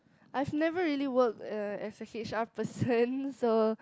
I've never really worked uh as a H_R person so